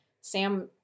Sam